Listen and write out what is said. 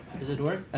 does it work?